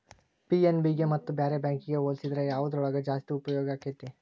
PNB ಗೆ ಮತ್ತ ಬ್ಯಾರೆ ಬ್ಯಾಂಕಿಗ್ ಹೊಲ್ಸಿದ್ರ ಯವ್ದ್ರೊಳಗ್ ಜಾಸ್ತಿ ಉಪ್ಯೊಗಾಕ್ಕೇತಿ?